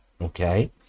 okay